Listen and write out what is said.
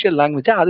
language